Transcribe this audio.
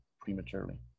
prematurely